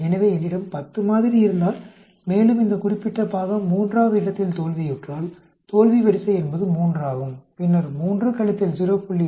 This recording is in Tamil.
எனவே என்னிடம் 10 மாதிரி இருந்தால் மேலும் இந்த குறிப்பிட்ட பாகம் மூன்றாவது இடத்தில் தோல்வியுற்றால் தோல்வி வரிசை என்பது 3 ஆகும் பின்னர் 3 0